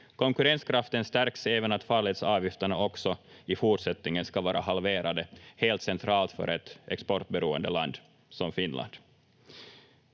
Konkurrenskraften stärks även av att farledsavgifterna också i fortsättningen ska vara halverade — helt centralt för ett exportberoende land som Finland.